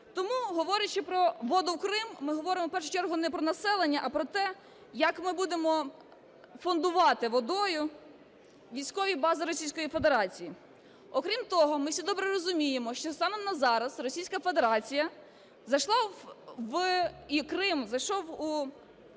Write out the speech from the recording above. Тому, говорячи про воду в Крим, ми говоримо, в першу чергу, не про населення, а про те, як ми будемо фондувати водою військові бази Російської Федерації. Окрім того, ми всі добре розуміємо, що саме на зараз Російська Федерація зайшла і Крим зайшов у